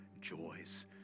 joys